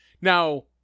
now